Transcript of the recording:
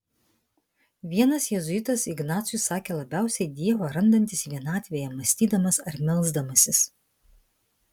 vienas jėzuitas ignacui sakė labiausiai dievą randantis vienatvėje mąstydamas ar melsdamasis